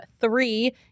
three